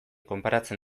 konparatzen